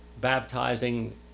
baptizing